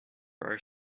are